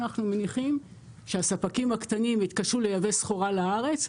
אנחנו מניחים שהספקים הקטנים התקשו לייבא סחורה לארץ,